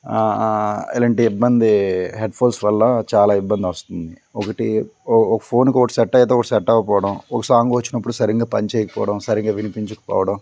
ఇలాంటి ఇబ్బంది headphones వల్ల చాలా ఇబ్బంది వస్తుంది ఒకటి ఒక ఫోన్కి ఒకటి సెట్ అయితే ఒకటి సెట్ అవ్వకపోవడం ఒక సాంగ్ వచ్చినపుడు సరిగ్గా పని చేయకపోవడం సరిగ్గా వినిపించకపోవడం